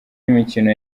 imikino